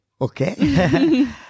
Okay